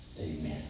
Amen